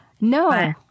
No